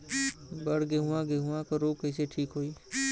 बड गेहूँवा गेहूँवा क रोग कईसे ठीक होई?